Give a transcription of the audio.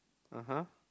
(uh huh)